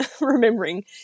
remembering